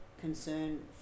concern